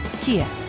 Kia